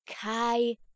Kai